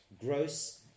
Gross